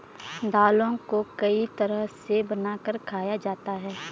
दालों को कई तरह से बनाकर खाया जाता है